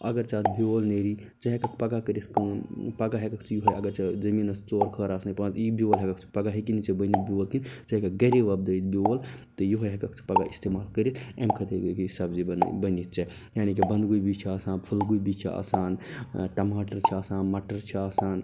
اگر ژےٚ اتھ بیٛول نیری ژٕ ہیٚکَکھ پگاہ کٔرِتھ کٲم پگاہ ہیٚکَکھ ژٕ یُہوے اگر ژےٚ زمیٖنَس ژور خٲر آسنٔے پانٛژھ یی بیٛول ہیٚکَکھ ژٕ پگاہ ہیٚکی نہٕ ژےٚ بٔنِتھ بیٛول کیٚنٛہہ ژٕ ہیٚکَکھ گھرے وۄبدٲیِتھ بیٛول تہٕ یہوے ژٕ ہیٚکَکھ ژٕ پگاہ استعمال کٔرِتھ اَمہِ خٲطرٕ سبزی بنٲیتھ بٔنِتھ ژےٚ یعنی کہِ بنٛدگوٗبی چھُ آسان فُل گوٗبی چھُ آسان ٲں ٹماٹر چھِ آسان مَٹر چھِ آسان